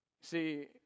see